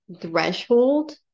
threshold